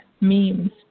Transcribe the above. memes